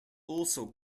also